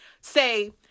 say